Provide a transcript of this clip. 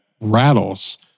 rattles